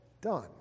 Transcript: done